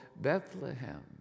Bethlehem